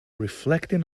reflecting